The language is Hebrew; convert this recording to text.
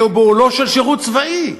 אלא בעולו של שירות צבאי,